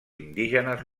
indígenes